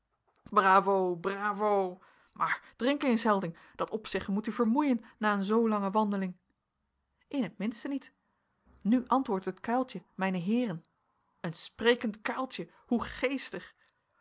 bravo bravo maar drink eens helding dat opzeggen moet u vermoeien na een zoo lange wandeling in t minste niet nu antwoordt het kuiltje mijne héeren een sprekend kuiltje hoe geestig